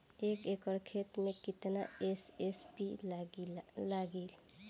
एक एकड़ खेत मे कितना एस.एस.पी लागिल?